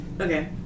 okay